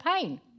pain